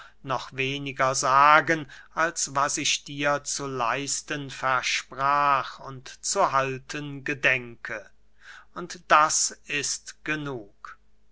noch weniger sagen als was ich dir zu leisten versprach und zu halten gedenke und das ist genug